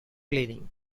cleaning